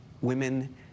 women